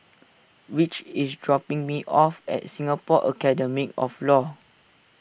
Rich is dropping me off at Singapore Academy of Law